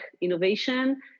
innovation